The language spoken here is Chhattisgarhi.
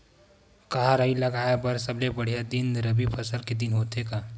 का राई लगाय बर सबले बढ़िया दिन रबी फसल के दिन होथे का?